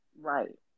right